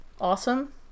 awesome